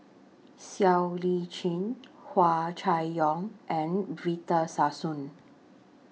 Siow Lee Chin Hua Chai Yong and Victor Sassoon